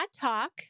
Talk